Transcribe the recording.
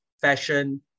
fashion